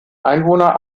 einwohner